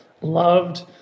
loved